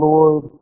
Lord